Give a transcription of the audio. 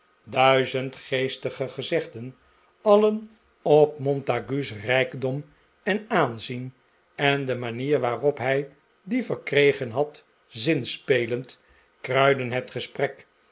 duizend geestige gezegden alien op montague's rijkdom en aanzien en de manier waarop hij die verkregen had zinspelend kruidden het gesprek